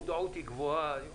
- המודעות היא גבוהה.